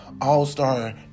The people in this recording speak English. all-star